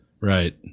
Right